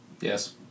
yes